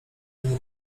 nie